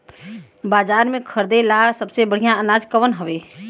बाजार में खरदे ला सबसे बढ़ियां अनाज कवन हवे?